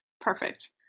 Perfect